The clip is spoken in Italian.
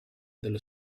dello